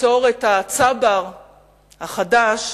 ליצור את הצבר החדש,